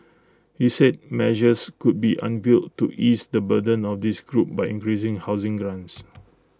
he said measures could be unveiled to ease the burden of this group by increasing housing grants